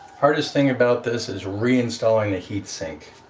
hardest thing about this is reinstalling the heatsink